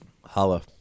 holla